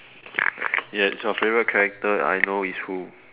ya is your favourite character I know is who